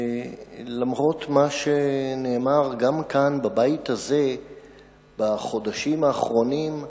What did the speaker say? למרות מה שנאמר גם כאן בבית הזה בחודשים האחרונים,